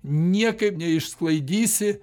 niekaip neišsklaidysi